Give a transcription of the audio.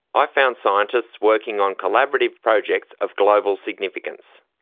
i found scientists working on collaborative projects of global significance.